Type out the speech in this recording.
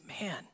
man